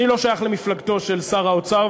אני לא שייך למפלגתו של שר האוצר,